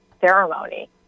ceremony